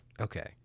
Okay